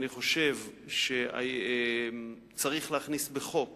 אני חושב שצריך להכניס בחוק